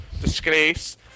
disgrace